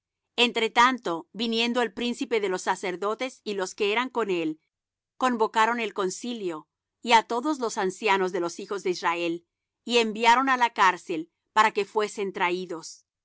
entre tanto viniendo el príncipe de los sacerdotes y los que eran con él convocaron el concilio y á todos los ancianos de los hijos de israel y enviaron á la cárcel para que fuesen traídos